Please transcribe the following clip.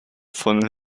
von